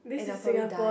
and I probably die